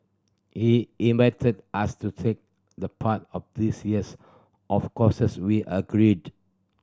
he invited us to take the part of this years of courses we agreed